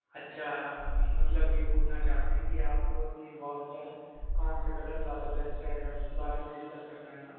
اچھا آپ مطلب یہ پوچھنا چاہتے ہیں کہ آپ اپنی وال پر کون سا کلر زیادہ بیسٹ رہے گا اس کے بارے میں ڈسکس کرنا ہے نا